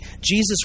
Jesus